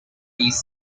east